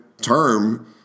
term